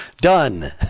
Done